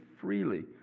freely